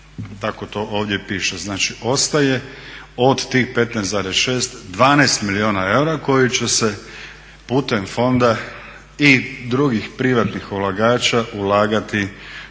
Tako to ovdje piše. Znači, ostaje od tih 15,6 12 milijuna eura koji će se putem fonda i drugih privatnih ulagača ulagati